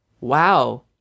wow